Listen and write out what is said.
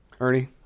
Ernie